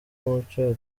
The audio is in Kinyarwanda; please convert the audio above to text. mucyo